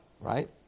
right